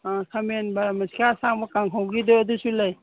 ꯑꯥ ꯈꯥꯃꯦꯟ ꯕꯥꯔꯃꯥꯁꯤꯀꯥ ꯑꯁꯥꯡꯕ ꯀꯥꯡꯍꯧꯒꯤꯗꯣ ꯑꯗꯨꯁꯨ ꯂꯩ